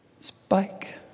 Spike